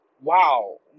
wow